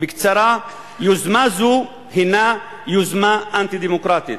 בקצרה, יוזמה זו הינה יוזמה אנטי-דמוקרטית.